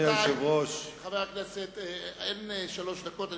חברי הכנסת, אין שלוש דקות.